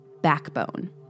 Backbone